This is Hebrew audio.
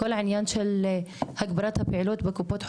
כל העניין של הגברת הפעילות בקופות חולים,